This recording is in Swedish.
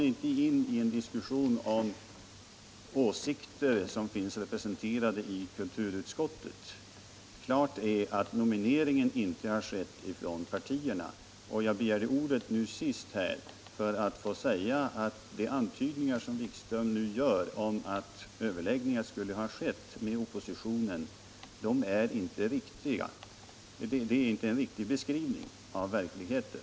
Herr talman! Jag går fortfarande inte in på diskussion om åsikter som finns representerade i kulturrådet. Klart är att nomineringen inte har skett genom partierna. Nu sist begärde jag ordet för att få säga att de antydningar som utbildningsminister Wikström gör om att överläggningar skulle ha skett med oppositionen inte utgör en riktig beskrivning av verkligheten.